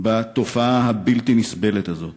בתופעה הבלתי-נסבלת הזאת?